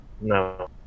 No